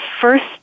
first